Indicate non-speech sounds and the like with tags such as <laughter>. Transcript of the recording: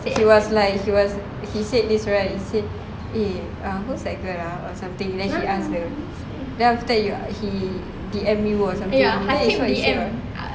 he was like he was he said right he said eh who's that girl ah or something then he ask her then after that you uh he D_M you or something <noise>